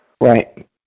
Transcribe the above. Right